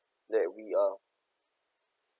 that we are